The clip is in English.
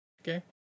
Okay